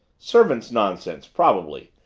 servants' nonsense, probably,